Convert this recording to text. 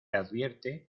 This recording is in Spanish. advierte